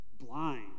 blind